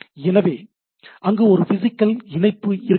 எனவே அங்கு சில பிசிகல் இணைப்பு இருக்க வேண்டும்